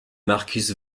markus